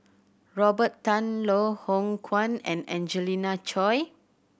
Robert Tan Loh Hoong Kwan and Angelina Choy